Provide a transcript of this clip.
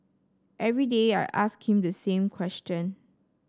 every day I ask him the same question